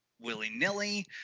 willy-nilly